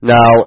Now